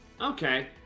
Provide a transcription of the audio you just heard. Okay